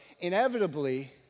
inevitably